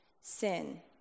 sin